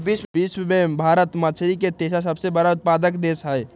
विश्व में भारत मछरी के तेसर सबसे बड़ उत्पादक देश हई